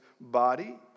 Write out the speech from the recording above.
body